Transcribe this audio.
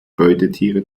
beutetiere